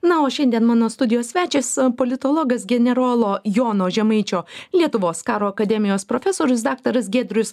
na o šiandien mano studijos svečias politologas generolo jono žemaičio lietuvos karo akademijos profesorius daktaras giedrius